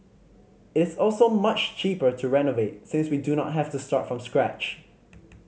it's also much cheaper to renovate since we do not have to start from scratch